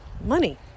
money